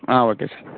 ah okay sir